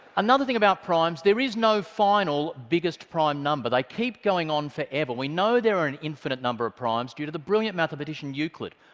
another thing about primes, there is no final biggest prime number. they keep going on forever. we know there are an infinite number of primes due to the brilliant mathematician euclid.